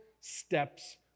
steps